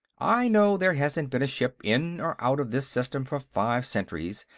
i know, there hasn't been a ship in or out of this system for five centuries,